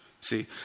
See